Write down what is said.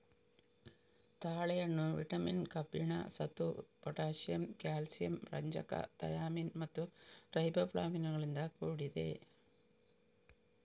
ತಾಳೆಹಣ್ಣು ವಿಟಮಿನ್, ಕಬ್ಬಿಣ, ಸತು, ಪೊಟ್ಯಾಸಿಯಮ್, ಕ್ಯಾಲ್ಸಿಯಂ, ರಂಜಕ, ಥಯಾಮಿನ್ ಮತ್ತು ರೈಬೋಫ್ಲಾವಿನುಗಳಿಂದ ಕೂಡಿದೆ